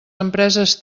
empreses